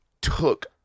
took